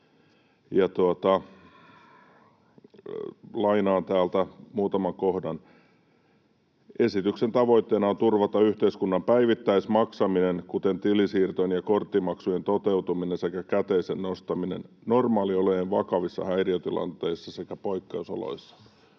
Lainaan täältä muutaman kohdan: ”Esityksen tavoitteena on turvata yhteiskunnan päivittäismaksaminen, kuten tilisiirtojen ja korttimaksujen toteutuminen sekä käteisen nostaminen, normaaliolojen vakavissa häiriötilanteissa sekä poikkeusoloissa.”